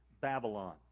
Babylon